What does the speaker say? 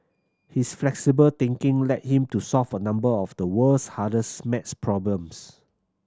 his flexible thinking led him to solve a number of the world's hardest maths problems